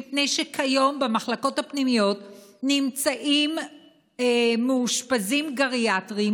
מפני שכיום במחלקות הפנימיות נמצאים מאושפזים גריאטריים